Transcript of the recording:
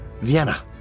Vienna